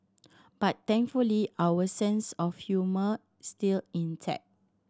but thankfully our sense of humour still intact